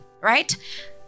right